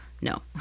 no